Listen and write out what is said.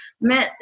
meant